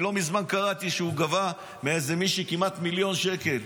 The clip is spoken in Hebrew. לא מזמן קראתי שהוא גבה ממישהי כמעט מיליון שקל.